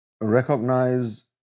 recognize